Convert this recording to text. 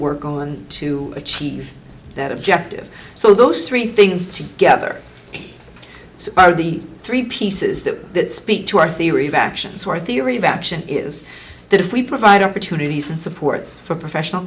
work on to achieve that objective so those three things together and so are the three pieces that speak to our theory of actions where theory of action is that if we provide opportunities and supports for professional